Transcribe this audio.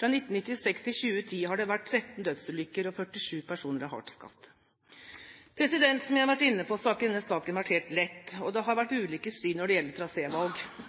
Fra 1996–2010 har det vært tretten dødsulykker og 47 personer har blitt hardt skadet. Som jeg har vært inne på, har ikke denne saken vært helt lett, og det har vært ulike syn når det gjelder